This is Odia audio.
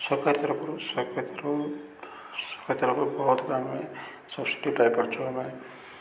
ସରକାରୀ ତରଫରୁ ସରକାର ତରଫରୁ ସରକାରୀ ତରଫରୁ ବହୁତ କାମେ ସବସିଡ଼ି ପାଇପାରୁଛୁ ଆମେ